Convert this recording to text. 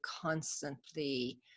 constantly